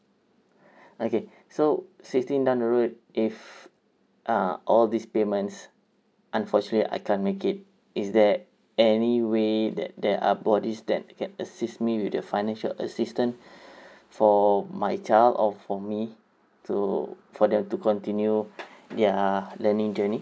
okay so sixteen down road if uh all these payments unfortunately I can't make it is there anyway that there are bodies that can assist me with the financial assistance for my child or for me to for them to continue their learning journey